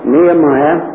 Nehemiah